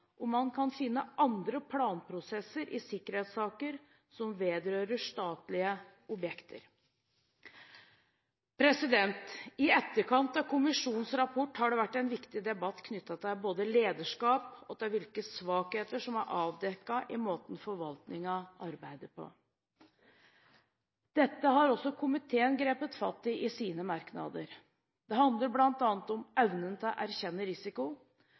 om man kan finne andre planprosesser i sikkerhetssaker vedrørende statlige objekter. I etterkant av kommisjonens rapport har det vært en viktig debatt knyttet til både lederskap og hvilke svakheter som er avdekket i måten forvaltningen arbeider på. Dette har også komiteen grepet fatt i i sine merknader. Det handler bl.a. om evnen til å erkjenne risiko,